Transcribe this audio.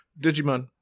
digimon